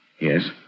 Yes